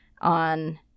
on